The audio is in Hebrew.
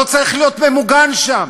לא צריך להיות ממוגן שם.